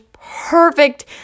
perfect